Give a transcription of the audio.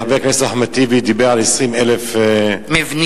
חבר הכנסת טיבי דיבר על 20,000 מבנים.